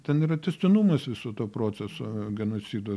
ten yra tęstinumas viso to proceso genocido